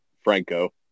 Franco